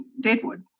Deadwood